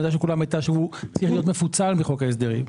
כולם הייתה שהוא צריך להיות מפוצל מחוק ההסדרים.